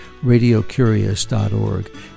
radiocurious.org